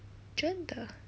真的